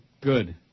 Good